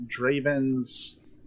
Draven's